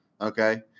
Okay